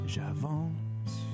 J'avance